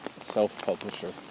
self-publisher